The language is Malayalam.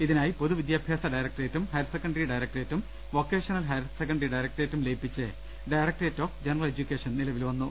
ഇതിനായി പൊതു വിദ്യാ ഭ്യാസ ഡയറക്ടറേറ്റും ഹയർ സെക്കന്റി ഡയറക്ടറേറ്റും വൊക്കേഷണൽ ഹയർ സെക്കന്ററി ഡയറക്ടറേറ്റും ലയിപ്പിച്ച് ഡയറക്ടറേറ്റ് ഓഫ് ജനറൽ എജ്യുക്കേഷൻ നിലവിൽ വന്നു